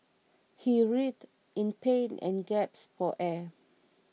he writhed in pain and gasped for air